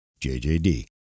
JJD